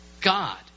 God